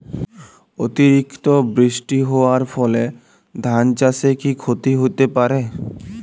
অতিরিক্ত বৃষ্টি হওয়ার ফলে ধান চাষে কি ক্ষতি হতে পারে?